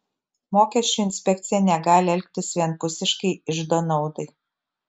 mokesčių inspekcija negali elgtis vienpusiškai iždo naudai